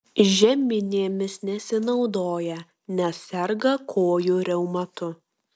žeminėmis nesinaudoja nes serga kojų reumatu